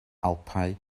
alpau